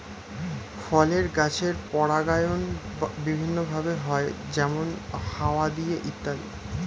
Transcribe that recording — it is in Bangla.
ফলের গাছের পরাগায়ন বিভিন্ন ভাবে হয়, যেমন হাওয়া দিয়ে ইত্যাদি